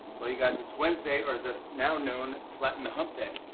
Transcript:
well, you guys, it's wednesday or, as it's now known, flatten the hump day.